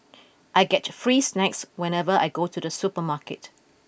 I get free snacks whenever I go to the supermarket